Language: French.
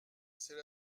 c’est